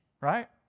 right